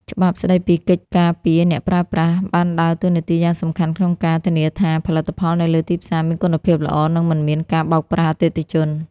ច្បាប់ស្ដីពីកិច្ចការពារអ្នកប្រើប្រាស់ បានដើរតួនាទីយ៉ាងសំខាន់ក្នុងការធានាថា ផលិតផលនៅលើទីផ្សារមានគុណភាពល្អ និងមិនមានការបោកប្រាស់អតិថិជន។